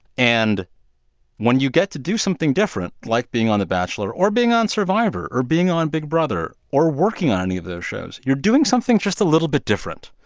and when you get do something different like being on the bachelor or being on survivor or being on big brother or working on any of those shows, you're doing something just a little bit different,